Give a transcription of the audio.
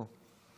בוא,